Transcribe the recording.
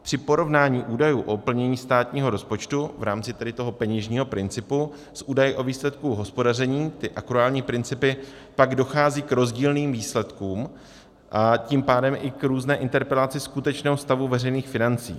Při porovnání údajů o plnění státního rozpočtu v rámci tedy toho peněžního principu s údaji o výsledku hospodaření, ty akruální principy, pak dochází k rozdílným výsledkům, a tím pádem i k různé interpretaci skutečného stavu veřejných financí.